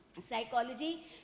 psychology